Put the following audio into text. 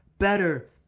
better